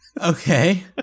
Okay